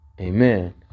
Amen